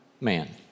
man